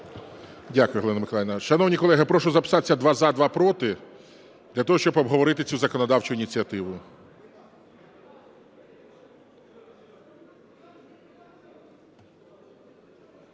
Дякую, Галина Миколаївна. Шановні колеги, прошу записатися: два – за, два – проти для того, щоб обговорити цю законодавчу ініціативу.